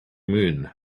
moon